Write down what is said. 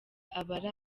abari